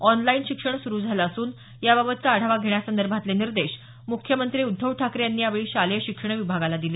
online शिक्षण सुरु झालं असून याबाबतचा आढावा घेण्यासंदभोतले निदेश मुख्यमंत्री उद्धव ठाकरे यांनी यावेळी शालेय शिक्षण विभागाला दिले